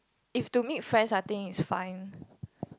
if to me friends I think is fine